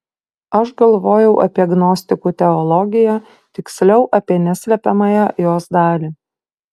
aš galvojau apie gnostikų teologiją tiksliau apie neslepiamąją jos dalį